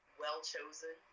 well-chosen